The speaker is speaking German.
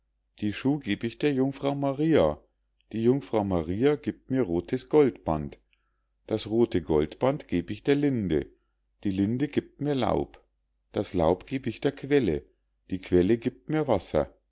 die schuh geb ich der jungfrau maria die jungfrau maria giebt mir rothes goldband das rothe goldband geb ich der linde die linde giebt mir laub das laub geb ich der quelle die quelle giebt mir wasser